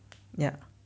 yup